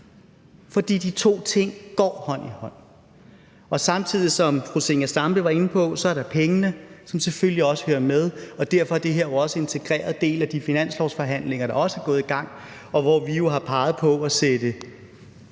for de to ting går hånd i hånd. Samtidig, som fru Zenia Stampe var inde på, er der pengene, som selvfølgelig også hører med, og derfor er det her jo også en integreret del af de finanslovsforhandlinger, der er gået i gang, og hvor vi jo har peget på at sætte